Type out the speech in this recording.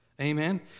Amen